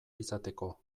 izateko